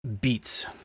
beats